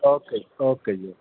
okay ਜੀ okay ਜੀ okay